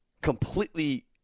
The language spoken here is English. completely